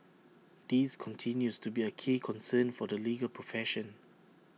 this continues to be A key concern for the legal profession